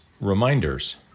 Reminders